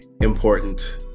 important